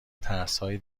ترسهای